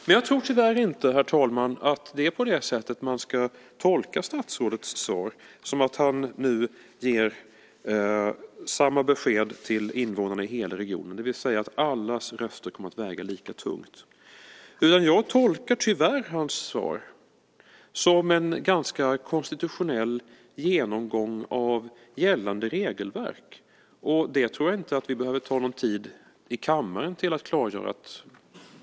Men jag tror tyvärr inte att det är på det sättet som man ska tolka statsrådets svar, som att han nu ger samma besked till invånarna i hela regionen, det vill säga att allas röster kommer att väga lika tungt. Jag tolkar tyvärr statsrådets svar som en ganska konstitutionell genomgång av gällande regelverk. Och det tror jag inte att vi behöver ta någon tid i kammaren i anspråk för att klargöra.